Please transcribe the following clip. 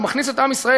הוא מכניס את עם ישראל